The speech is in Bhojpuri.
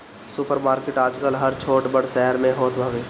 सुपर मार्किट आजकल हर छोट बड़ शहर में होत हवे